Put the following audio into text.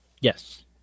Yes